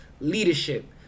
leadership